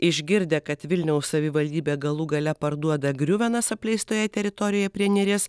išgirdę kad vilniaus savivaldybė galų gale parduoda griuvenas apleistoje teritorijoje prie neries